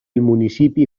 municipi